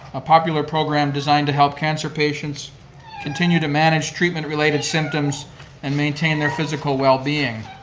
a popular program designed to help cancer patients continue to manage treatment-related symptoms and maintain their physical well-being.